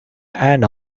and